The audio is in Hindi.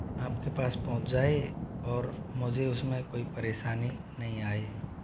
आप के पास पहुँच जाए और मुझे उस में कोई परेशानी नहीं आए